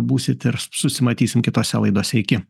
būsit ir susimatysim kitose laidose iki